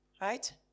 right